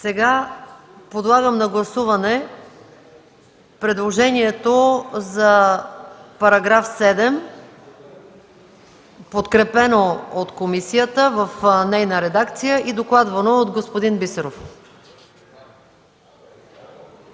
Подлагам на гласуване предложението за § 7, подкрепено от комисията в нейна редакция и докладвано от господин Бисеров.